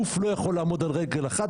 גוף לא יכול לעמוד על רגל אחת,